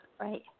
right